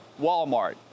Walmart